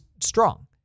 strong